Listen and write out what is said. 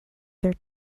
their